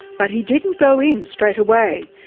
but he didn't go in straight away.